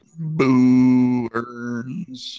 Booers